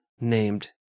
named